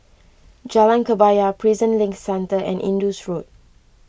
Jalan Kebaya Prison Link Centre and Indus Road